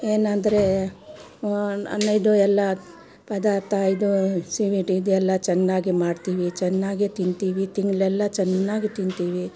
ಏನಂದರೆ ಅಂದರೆ ಇದು ಎಲ್ಲ ಪದಾರ್ಥ ಇದು ಸ್ವೀಟ್ ಇದೆಲ್ಲ ಚೆನ್ನಾಗಿ ಮಾಡ್ತೀನಿ ಚೆನ್ನಾಗೆ ತಿಂತೀವಿ ತಿಂಗಳೆಲ್ಲ ಚೆನ್ನಾಗ್ ತಿಂತೀವಿ